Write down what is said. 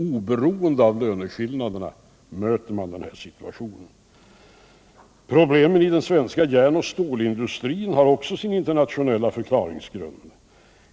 Oberoende av löneskillnaderna möter man den här situationen. Problemen i den svenska järn och stålindustrin har också sin internationella förklaringsgrund.